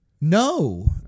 No